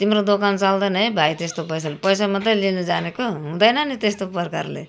तिम्रो दोकान चल्दैन है भाइ त्यस्तो पैसाले पैसा मात्रै लिनु जानेको हुँदैन त्यस्तो प्रकारले